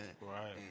Right